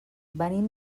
venim